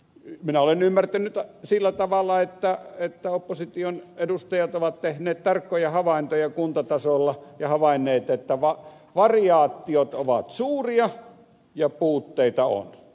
minä olen ymmärtänyt sillä tavalla että opposition edustajat ovat tehneet tarkkoja havaintoja kuntatasolla ja havainneet että variaatiot ovat suuria ja puutteita on